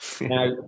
Now